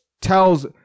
tells